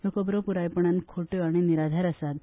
ह्यो खबरो पुरायपणान खोट्यो आनी निराधार आसात